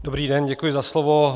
Dobrý den, děkuji za slovo.